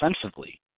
offensively